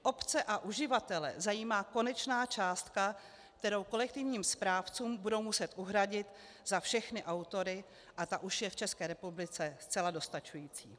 Obce a uživatele zajímá konečná částka, kterou kolektivním správcům budou muset uhradit za všechny autory, a ta už je v České republice zcela dostačující.